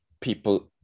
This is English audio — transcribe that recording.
people